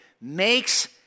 makes